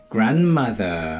Grandmother